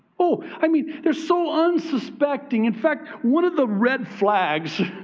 oh, i mean, they're so unsuspecting. in fact, one of the red flags